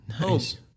Nice